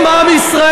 אם עם ישראל,